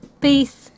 peace